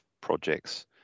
projects